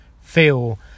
feel